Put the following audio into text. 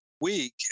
week